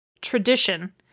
tradition